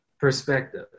perspective